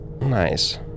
Nice